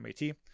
MAT